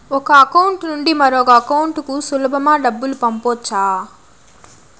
ఒక అకౌంట్ నుండి మరొక అకౌంట్ కు సులభమా డబ్బులు పంపొచ్చా